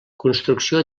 construcció